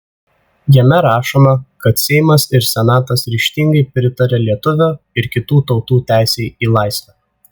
jame rašoma kad seimas ir senatas ryžtingai pritaria lietuvių ir kitų tautų teisei į laisvę